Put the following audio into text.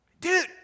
dude